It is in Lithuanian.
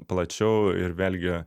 plačiau ir vėlgi